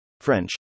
French